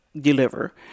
deliver